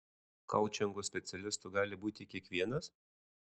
koučingo specialistu gali būti kiekvienas